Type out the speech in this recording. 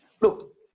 Look